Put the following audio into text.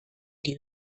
die